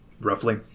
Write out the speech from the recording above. roughly